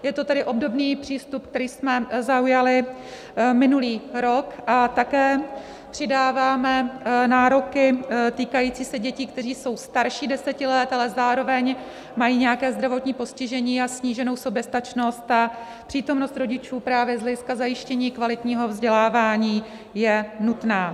Je to tedy obdobný přístup, který jsme zaujali minulý rok, a také přidáváme nároky týkající se dětí, které jsou starší 10 let, ale zároveň mají nějaké zdravotní postižení a sníženou soběstačnost a přítomnost rodičů právě z hlediska zajištění kvalitního vzdělávání je nutná.